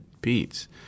beats